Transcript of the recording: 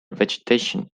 vegetation